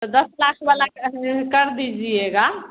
तो दस लाख वाला कर कर दीजिएगा